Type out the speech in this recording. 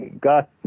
got